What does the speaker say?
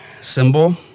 symbol